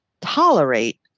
tolerate